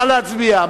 נא להצביע.